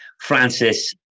Francis